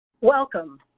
Welcome